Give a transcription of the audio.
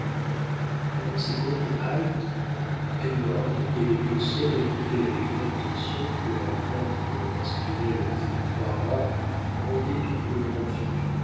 pendant ces courtes haltes heyward et les deux sœurs écoutaient avec une attention que la crainte que leur inspiraient leurs ennemis barbares rendait doublement vive